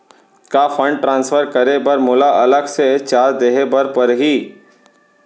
का fund transfer करे बर मोला अलग से चार्ज देहे बर परही?